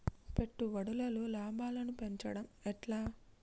పెట్టుబడులలో లాభాలను పెంచడం ఎట్లా?